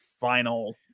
final